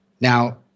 Now